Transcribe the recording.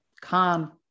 calm